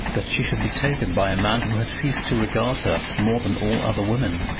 that she should be taken by a man who had ceased to regard her more than all other women?